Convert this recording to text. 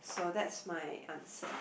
so that's my answer